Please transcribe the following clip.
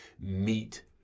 meet